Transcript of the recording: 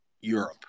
Europe